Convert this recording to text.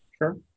Sure